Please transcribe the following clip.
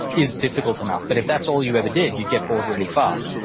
is difficult enough. but if that's all you ever did, you'd get bored really fast.